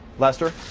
lester?